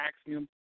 axiom